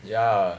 ya